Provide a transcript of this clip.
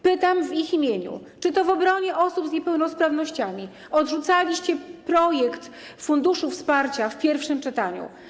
Pytam w ich imieniu: Czy to w obronie osób z niepełnosprawnościami odrzucaliście projekt funduszu wsparcia w pierwszym czytaniu?